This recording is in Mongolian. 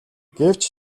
гэвч